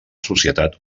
societat